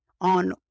on